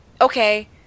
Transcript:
okay